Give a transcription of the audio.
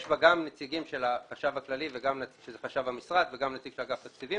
יש בה גם נציגים של החשב הכללי וגם נציג של אגף התקציבים